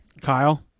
Kyle